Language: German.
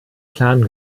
plan